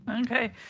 Okay